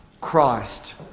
Christ